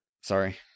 Sorry